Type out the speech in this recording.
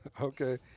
Okay